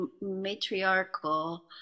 matriarchal